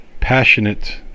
passionate